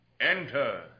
Enter